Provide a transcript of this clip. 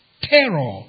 Terror